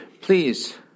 please